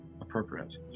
appropriate